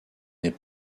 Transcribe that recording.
n’est